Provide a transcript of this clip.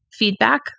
Feedback